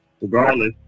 regardless